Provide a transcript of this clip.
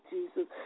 Jesus